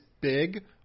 big